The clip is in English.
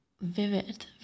vivid